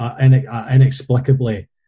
inexplicably